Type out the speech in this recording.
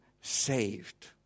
saved